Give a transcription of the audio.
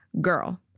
Girl